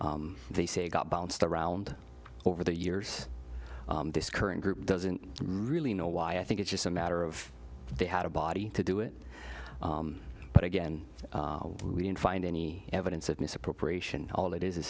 they say got bounced around over the years this current group doesn't really know why i think it's just a matter of they had a body to do it but again we didn't find any evidence of misappropriation all it is